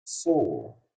four